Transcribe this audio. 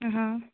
हाँ